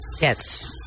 Yes